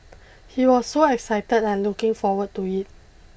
he was so excited and looking forward to it